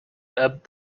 ebb